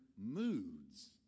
moods